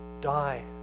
Die